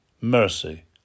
mercy